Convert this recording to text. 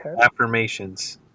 affirmations